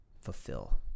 fulfill